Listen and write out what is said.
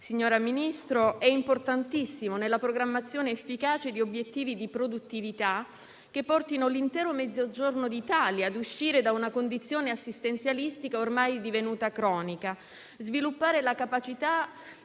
signora Ministro, è importantissimo nella programmazione efficace di obiettivi di produttività che portino l'intero Mezzogiorno d'Italia ad uscire da una condizione assistenzialistica ormai divenuta cronica. Sviluppare la capacità